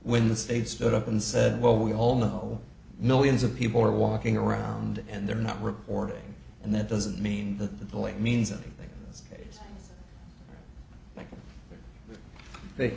when the state stood up and said well we all know millions of people are walking around and they're not reporting and that doesn't mean that the police means anything like th